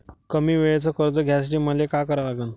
कमी वेळेचं कर्ज घ्यासाठी मले का करा लागन?